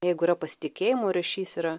jeigu yra pasitikėjimo ryšys yra